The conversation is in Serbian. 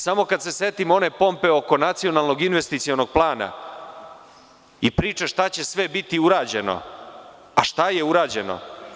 Samo kada se setim one pompe oko Nacionalnog investicionog plana i priče šta će sve biti urađeno, a šta je urađeno.